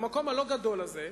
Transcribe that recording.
למקום הלא-גדול הזה,